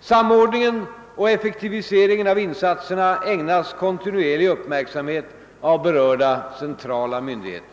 Samordningen och effektiviseringen av insatserna ägnas kontinuer lig uppmärksamhet av berörda centrala myndigheter.